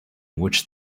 which